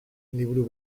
liburu